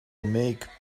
make